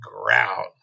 ground